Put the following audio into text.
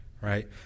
right